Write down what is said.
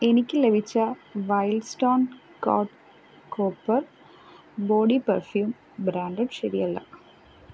എനിക്ക് ലഭിച്ച Wild Stone code copper body perfume brand ശരിയല്ല